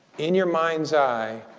in your mind's eye,